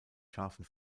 scharfen